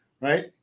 Right